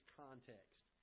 context